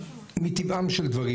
מטבעם של דברים,